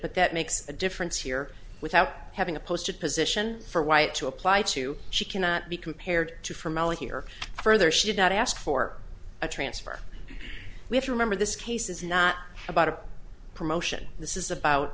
but that makes a difference here without having a post a position for white to apply to she cannot be compared to from here further she did not ask for a transfer we have to remember this case is not about a promotion this is about